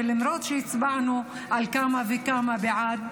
למרות שהצבענו על כמה וכמה בעד,